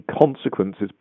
consequences